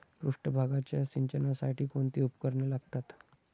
पृष्ठभागाच्या सिंचनासाठी कोणती उपकरणे लागतात?